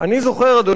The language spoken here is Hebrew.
אדוני היושב-ראש,